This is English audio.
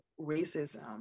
racism